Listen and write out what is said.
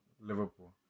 Liverpool